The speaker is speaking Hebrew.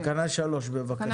תקנה 3, בבקשה.